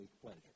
pleasure